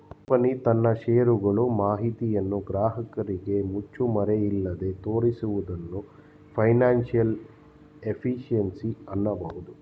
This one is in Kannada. ಕಂಪನಿ ತನ್ನ ಶೇರ್ ಗಳು ಮಾಹಿತಿಯನ್ನು ಗ್ರಾಹಕರಿಗೆ ಮುಚ್ಚುಮರೆಯಿಲ್ಲದೆ ತೋರಿಸುವುದನ್ನು ಫೈನಾನ್ಸಿಯಲ್ ಎಫಿಷಿಯನ್ಸಿ ಅನ್ನಬಹುದು